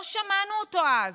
לא שמענו אותו אז.